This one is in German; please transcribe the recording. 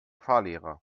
fahrlehrer